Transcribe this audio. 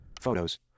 photos